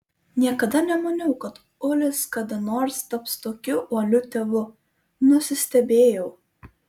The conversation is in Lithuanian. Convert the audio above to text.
niekada nemaniau kad ulis kada nors taps tokiu uoliu tėvu nusistebėjau